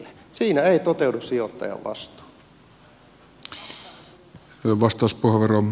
siinä ei toteudu sijoittajan vastuu